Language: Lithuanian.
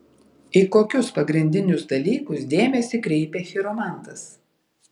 į kokius pagrindinius dalykus dėmesį kreipia chiromantas